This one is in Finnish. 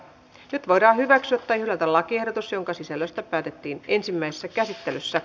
nyt voidaan hyväksyä tai hylätä lakiehdotus jonka sisällöstä päätettiin ensimmäisessä käsittelyssä